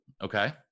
Okay